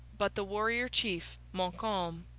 but the warrior chief, montcalm.